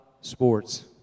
sports